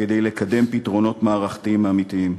כדי לקדם פתרונות מערכתיים אמיתיים.